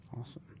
Awesome